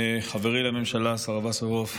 חברי לממשלה השר וסרלאוף,